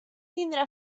tindrà